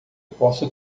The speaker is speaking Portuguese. posso